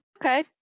Okay